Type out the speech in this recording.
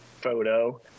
photo